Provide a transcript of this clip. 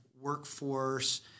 workforce